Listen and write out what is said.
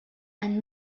and